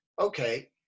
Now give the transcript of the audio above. Okay